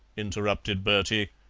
interrupted bertie.